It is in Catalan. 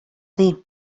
dir